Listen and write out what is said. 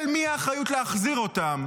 של מי האחריות להחזיר אותם,